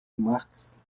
marx